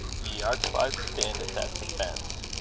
ye archewyves, standith at defence,